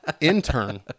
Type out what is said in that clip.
Intern